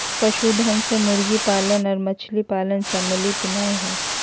पशुधन मे मुर्गी पालन आर मछली पालन सम्मिलित नै हई